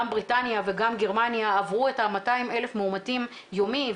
גם בריטניה וגם גרמניה עברו את ה-200,000 מאומתים יומי,